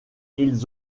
ils